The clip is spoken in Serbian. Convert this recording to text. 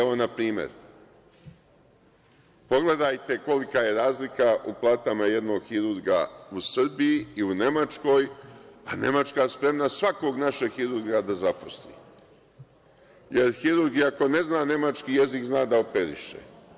Evo, npr. pogledajte kolika je razlika u platama jednog hirurga u Srbiji i u Nemačkoj, a Nemačka je spremna svakog našeg hirurga da zaposli, jer hirurg i ako ne zna nemački jezik, zna da operiše.